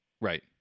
Right